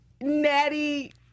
Natty